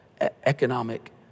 economic